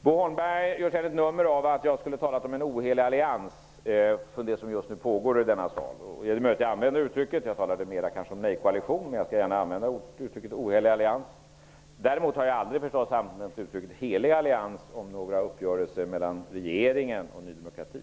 Bo Holmberg gör ett nummer av att jag skulle ha talat om en ohelig allians om det som just nu händer i denna sal. Det är möjligt att jag använde det uttrycket, men jag talade kanske mer om en nejkoalition. Jag skall gärna använda uttrycket ohelig allians. Däremot har jag naturligtvis aldrig använt uttrycket helig allians om några uppgörelser mellan regeringen och Ny demokrati.